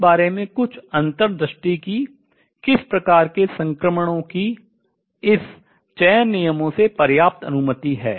इस बारे में कुछ अंतर्दृष्टि कि किस प्रकार के संक्रमणों की इस चयन नियमों से पर्याप्त अनुमति है